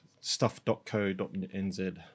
Stuff.co.nz